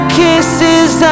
kisses